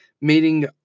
meeting